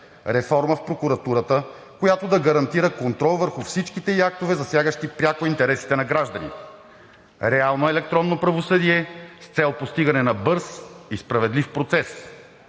реформа в прокуратурата, която да гарантира контрол върху всичките ѝ актове, засягащи пряко интересите на гражданите; реално електронно правосъдие с цел постигане на бърз и справедлив процес.